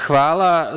Hvala.